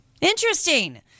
Interesting